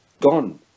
Gone